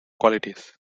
qualities